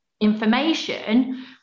information